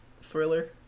thriller